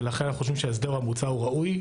ולכן אנחנו חושבים שההסדר המוצע הוא ראוי,